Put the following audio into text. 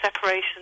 separation